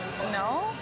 no